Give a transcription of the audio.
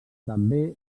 també